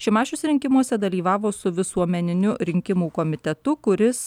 šimašius rinkimuose dalyvavo su visuomeniniu rinkimų komitetu kuris